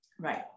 Right